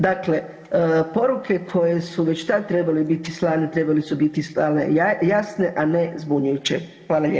Dakle, poruke koje su već tad trebale biti slane trebale su biti slane jasne, a ne zbunjujuće.